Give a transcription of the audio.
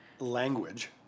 language